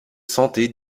santé